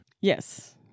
Yes